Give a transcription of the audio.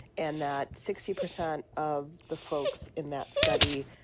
and that sixty percent of the folks in that study,